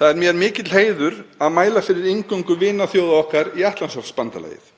Það er mér mikill heiður að mæla fyrir inngöngu vinaþjóða okkar í Atlantshafsbandalagið.